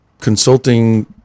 consulting